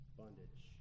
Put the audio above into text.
bondage